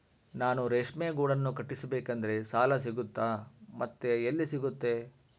ನಾನು ರೇಷ್ಮೆ ಗೂಡನ್ನು ಕಟ್ಟಿಸ್ಬೇಕಂದ್ರೆ ಸಾಲ ಸಿಗುತ್ತಾ ಮತ್ತೆ ಎಲ್ಲಿ ಸಿಗುತ್ತೆ?